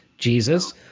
Jesus